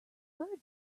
bird